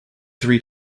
three